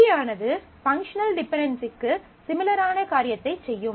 கீயானது functional டிபென்டென்சிக்கு சிமிலரான காரியத்தைச் செய்யும்